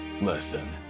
listen